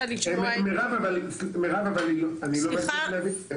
מירב, אבל אני לא מצליח להבין.